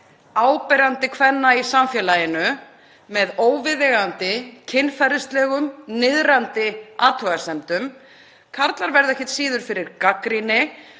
áberandi kvenna í samfélaginu með óviðeigandi, kynferðislegum, niðrandi athugasemdum. Karlar verða ekkert síður fyrir gagnrýni